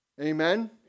Amen